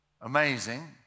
Amazing